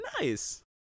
Nice